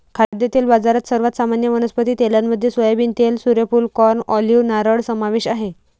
खाद्यतेल बाजारात, सर्वात सामान्य वनस्पती तेलांमध्ये सोयाबीन तेल, सूर्यफूल, कॉर्न, ऑलिव्ह, नारळ समावेश आहे